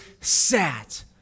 sat